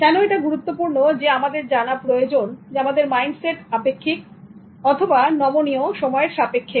কেন এটা গুরুত্বপূর্ণ যে আমাদের জানা প্রয়োজন আমাদের মাইন্ডসেট আপেক্ষিক অথবা নমনীয় সময়ের সাপেক্ষে